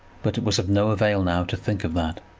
but it was of no avail now to think of that.